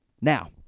Now